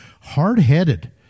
hard-headed